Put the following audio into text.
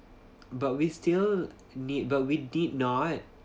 but we still need but we did not